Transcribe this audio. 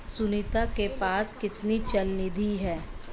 सुनीता के पास कितनी चल निधि है?